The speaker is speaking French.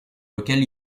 lequel